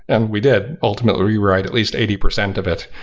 and we did ultimately rewrite at least eighty percent of it,